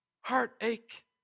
Heartache